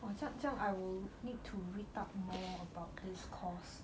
!wah! 这样这样 I will need to read up more about this course